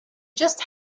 just